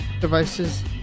devices